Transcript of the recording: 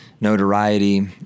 notoriety